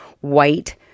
white